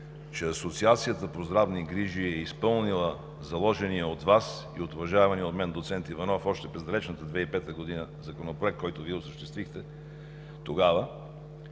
че Асоциацията по здравни грижи е изпълнила заложения от Вас и от уважавания от мен доцент Иванов още през далечната 2005 г. законопроект, който Вие осъществихте тогава,